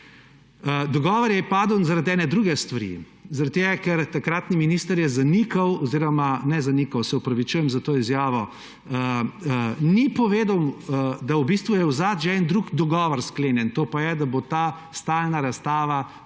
Dogovor je padel zaradi ene druge stvari. Zaradi tega, ker takratni minister je zanikal oziroma ne zanikal, se opravičujem za to izjavo, ni povedal, da v bistvu je zadaj že drug dogovor sklenjen, to pa je, da bo stalna razstava prešla